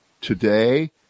today